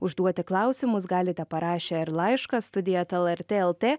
užduoti klausimus galite parašę ir laišką studija eta lrt lt